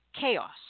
chaos